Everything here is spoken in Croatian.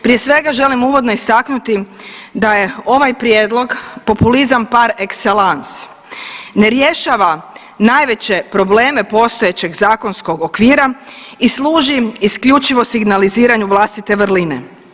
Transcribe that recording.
Prije svega želim uvodno istaknuti da je ovaj prijedlog populizam par excellence, ne rješava najveće probleme postojećeg zakonskog okvira i služi isključivo signaliziranju vlastite vrline.